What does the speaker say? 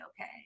okay